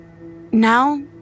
Now